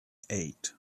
eight